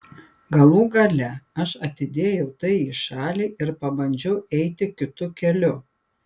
galų gale aš atidėjau tai į šalį ir pabandžiau eiti kitu keliu